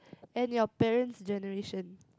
and your parents generation